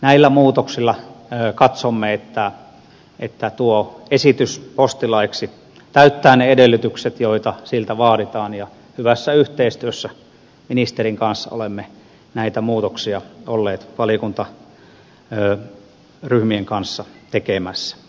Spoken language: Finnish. näillä muutoksilla katsomme että esitys postilaiksi täyttää ne edellytykset joita siltä vaaditaan ja hyvässä yhteistyössä ministerin kanssa olemme näitä muutoksia olleet valiokuntaryhmien kanssa tekemässä